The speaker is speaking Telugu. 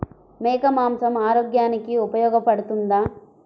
మేక మాంసం ఆరోగ్యానికి ఉపయోగపడుతుందా?